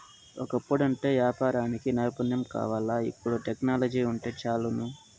ఒకప్పుడంటే యాపారానికి నైపుణ్యం కావాల్ల, ఇపుడు టెక్నాలజీ వుంటే చాలును